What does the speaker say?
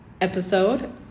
episode